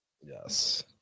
Yes